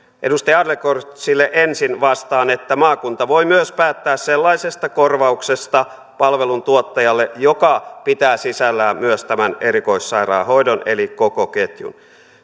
edustaja adlercreutzille ensin vastaan maakunta voi myös päättää sellaisesta korvauksesta palveluntuottajalle joka pitää sisällään myös tämän erikoissairaanhoidon eli koko ketjun